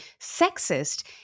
sexist